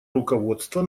руководство